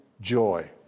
joy